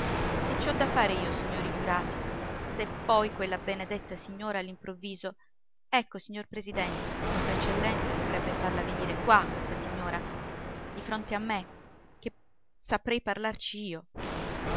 ci ho da fare io signori giurati se poi quella benedetta signora all'improvviso ecco signor presidente vostra eccellenza dovrebbe farla venire qua questa signora di fronte a me ché saprei parlarci io